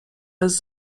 bez